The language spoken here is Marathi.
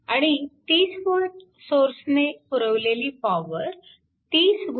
आणि 30V सोर्सने पुरवलेली पॉवर 30 4